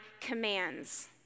commands